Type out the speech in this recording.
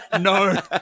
no